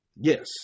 Yes